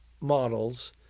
models